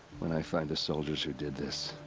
when i find the soldiers who did this.